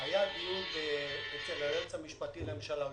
היה על זה דיון אצל היועץ המשפטי לממשלה,